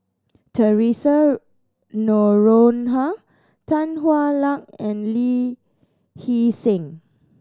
Theresa Noronha Tan Hwa Luck and Lee Hee Seng